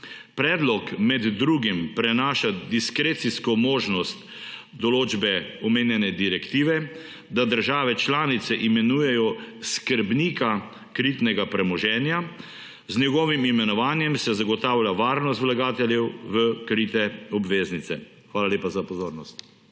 Predlog med drugim prenaša diskrecijsko možnost določbe omenjene direktive, da države članice imenujejo skrbnika kritnega premoženja. Z njegovim imenovanjem se zagotavlja varnost vlagateljev v krite obveznice. Hvala lepa za pozornost.